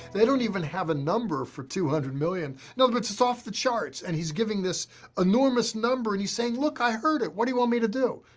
they don't even have a number for two hundred million. no, but it's it's off the charts, and he's giving this enormous number, and he's saying, look, i heard it. what do you want me to do?